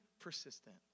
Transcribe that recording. persistent